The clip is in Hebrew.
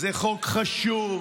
זה חוק חשוב,